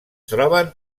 troben